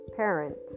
parent